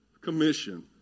commission